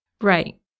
Right